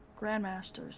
grandmasters